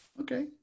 Okay